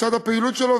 מצד הפעילות שלו,